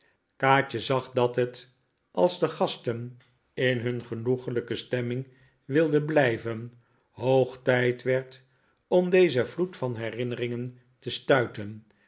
kaatje zag dat het als de gasten in hun genoeglijke stemming wilden blijven hoog tijd werd om dezen vloed van herinneringen te stuiten